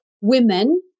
women